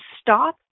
stop